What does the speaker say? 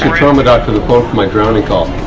um trauma doc to the folks of my drowning call?